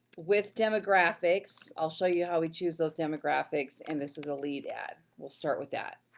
with demographics, i'll show you how we choose those demographics, and this is a lead ad, we'll start with that.